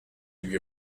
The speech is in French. lui